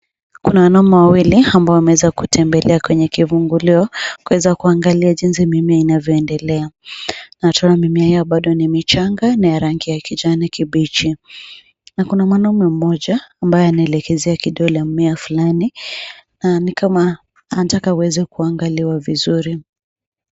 Kuna wanaume wawili ambao wameweza kutembelea kwenye kifungulio kuweza kuangalia jinsi mimea inavyoendelea na taa ya mimea bado ni michanga na ya rangi ya kijani kibichi na kuna mwanaume moja ambaye anaelekezea kidole mimea fulani na ni kama anataka aweze kuangaliwa vizuri.